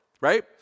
right